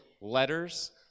letters